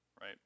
right